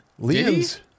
Liam's